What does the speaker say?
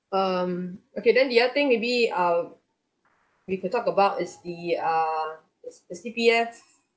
um okay then the other thing maybe uh we could talk about is the err the the C_P_F